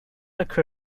occur